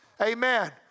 Amen